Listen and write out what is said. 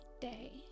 day